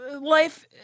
Life